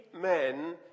men